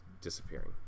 disappearing